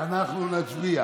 אנחנו נצביע